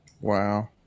Wow